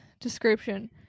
description